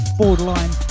borderline